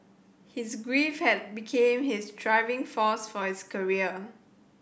his grief had became his driving force for his career